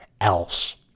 else